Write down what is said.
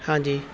ਹਾਂਜੀ